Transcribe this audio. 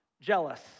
Jealous